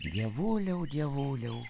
dievuliau dievuliau